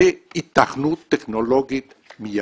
זה היתכנות טכנולוגית מיידית.